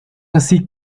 así